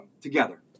together